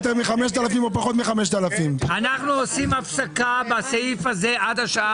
אנחנו ממשיכים את הדיון בסעיף הזה בשעה